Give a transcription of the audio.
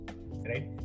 right